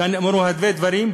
כאן נאמרו הרבה דברים,